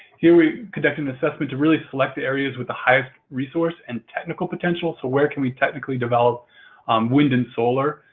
here we conduct an assessment to really select the areas with the highest resource and technical potential. so, where can we technically develop wind and solar?